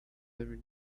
every